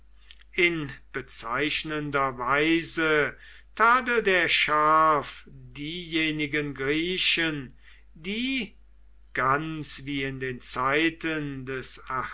in bezeichnender weise tadelt er scharf diejenigen griechen die ganz wie in den zeiten des